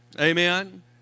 Amen